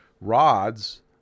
rods